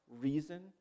reason